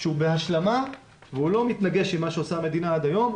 שהוא בהשלמה והוא לא מתנגש עם מה שעושה המדינה עד היום,